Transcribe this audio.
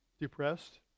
Depressed